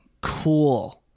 Cool